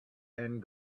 and